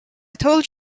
told